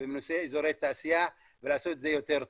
ובנושא אזורי תעשייה ולעשות את זה יותר טוב.